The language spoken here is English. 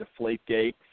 Deflategate